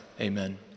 amen